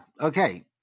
Okay